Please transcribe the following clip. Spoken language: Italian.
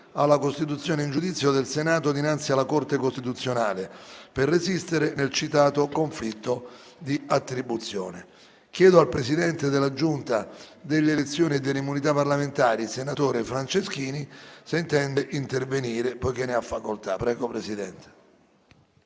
alla costituzione in giudizio del Senato dinanzi alla Corte costituzionale per resistere nel citato conflitto di attribuzione. Chiedo al presidente della Giunta delle elezioni e delle immunità parlamentari, senatore Franceschini, se intende intervenire.